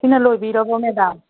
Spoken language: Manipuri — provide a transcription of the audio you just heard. ꯁꯤꯅ ꯂꯣꯏꯕꯤꯔꯕꯣ ꯃꯦꯗꯥꯝ